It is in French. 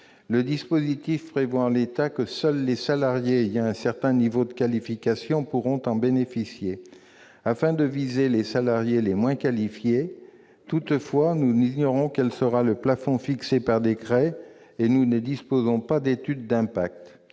Le dispositif prévoit en l'état que seuls les salariés ayant un certain niveau de qualification seront concernés, ce qui vise les salariés les moins qualifiés. Toutefois, nous ignorons quel sera le plafond fixé par décret et ne disposons pas d'étude d'impact.